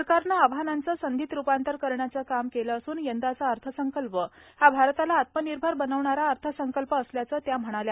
सरकारनं आव्हानांचं संधीत रुपांतर करण्याचं काम केलं असून यंदाचा अर्थसंकल्प हा भारताला आत्मनिर्भर बनवणारा अर्थसंकल्प असल्याचं त्या म्हणाल्या